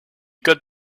code